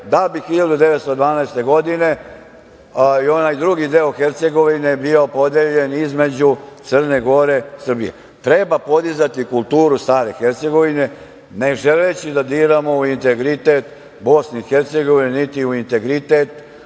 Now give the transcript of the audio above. da bi 1912. godine i onaj drugi deo Hercegovine bio podeljen između Crne Gore i Srbije. Treba podizati kulturu Stare Hercegovine, ne želeći da diramo u integritet BiH, niti u integritet